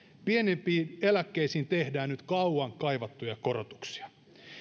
pienimpiin eläkkeisiin tehdään nyt kauan kaivattuja korotuksia